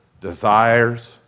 desires